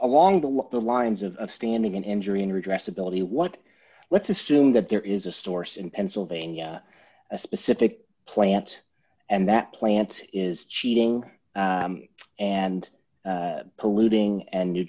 along the lines of standing in injury and redress ability what let's assume that there is a store some pennsylvania a specific plant and that plant is cheating and polluting and new